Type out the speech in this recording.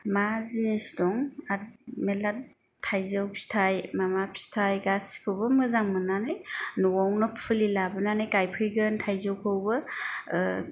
मा जिनिस दं आरो मेरला थायजौ फिथाय माबा फिथाय गासिखौबो मोजां मोननानै न'आवनो फुलि लाबोनानै गायफैगोन थायजौखौबो